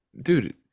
Dude